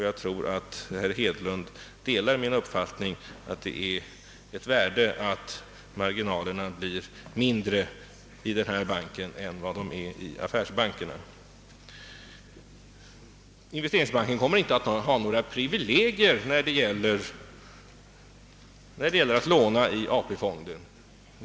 Jag tror att herr Hedlund delar min uppfattning att det är av värde att marginalerna blir mindre i denna bank än vad de är i affärsbankerna. Investeringsbanken kommer inte att ha några privilegier när det gäller att låna ur AP-fonden.